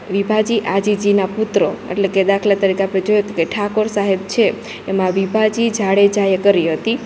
વિભાજી આજીજીના પુત્રો એટલે કે દાખલા તરીકે આપડે જોઈએ તો કે ઠાકોર સાહેબ છે એમાં વિભાજી જાડેજાએ કરી હતી